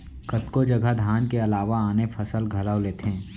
कतको जघा धान के अलावा आने फसल घलौ लेथें